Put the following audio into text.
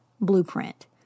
blueprint